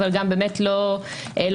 אבל גם לא מסתדר,